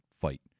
fight